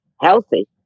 healthy